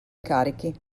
incarichi